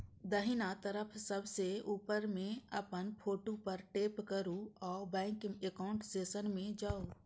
दाहिना तरफ सबसं ऊपर मे अपन फोटो पर टैप करू आ बैंक एकाउंट सेक्शन मे जाउ